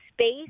space